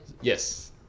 Yes